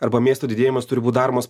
arba miesto didėjimas turi būt daromas